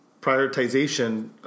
prioritization